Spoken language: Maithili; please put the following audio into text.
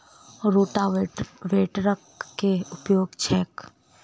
रोटावेटरक केँ उपयोग छैक?